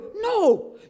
No